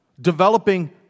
developing